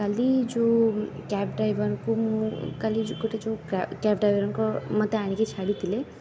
କାଲି ଯେଉଁ କ୍ୟାବ ଡ୍ରାଇଭରଙ୍କୁ ମୁଁ କାଲି ଯେଉଁ ଗୋଟେ ଯେଉଁ କ୍ୟାବ ଡ୍ରାଇଭରଙ୍କ ମୋତେ ଆଣିକି ଛାଡ଼ିଥିଲେ